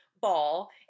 ball